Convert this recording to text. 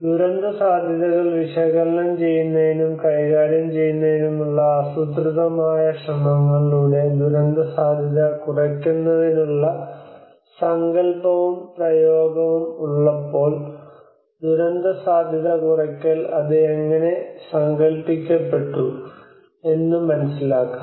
ദുരന്ത സാധ്യതകൾ വിശകലനം ചെയ്യുന്നതിനും കൈകാര്യം ചെയ്യുന്നതിനുമുള്ള ആസൂത്രിതമായ ശ്രമങ്ങളിലൂടെ ദുരന്തസാധ്യത കുറയ്ക്കുന്നതിനുള്ള സങ്കൽപ്പവും പ്രയോഗവും ഉള്ളപ്പോൾ ദുരന്തസാധ്യത കുറയ്ക്കൽ അത് എങ്ങനെ സങ്കൽപ്പിക്കപ്പെട്ടു എന്ന് മനസ്സിലാക്കാം